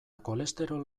kolesterol